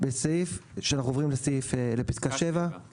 ואם נשלחה אליו